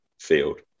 field